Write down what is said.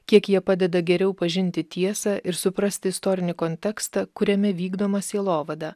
kiek jie padeda geriau pažinti tiesą ir suprasti istorinį kontekstą kuriame vykdoma sielovada